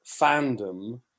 fandom